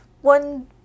one